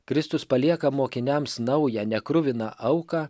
kristus palieka mokiniams naują nekruviną auką